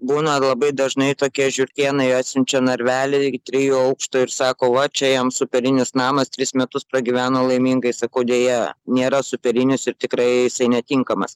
būna labai dažnai tokie žiurkėnai atsiunčia narvelį trijų aukštų ir sako va čia jam superinis namas tris metus pragyveno laimingai sakau deja nėra superinis ir tikrai jisai netinkamas